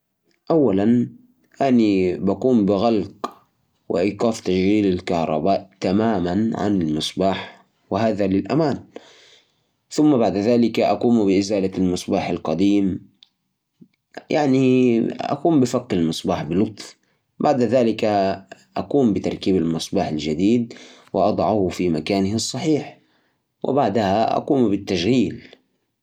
عشان تستبدل مصباح كهربائي، أول شي، طفي الكهرباء من المفتاح، بعدين، استخدم قاعدة المصباح لفك المصباح القديم، وتأكد إنه بارد عشان ما تحرق نفسك، بعد كذا، خذ المصباح الجديد وركبه مكان القديم، بس تأكد إنه مثبت كويس، شغل الكهرباء، وتأكد إن المصباح شغال، وبس.